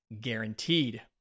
guaranteed